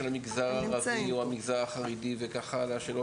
מסגרות של המגזר הערבי או המגזר החרדי וכך הלאה,